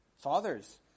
Fathers